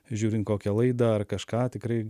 žiūrint kokią laidą ar kažką tikrai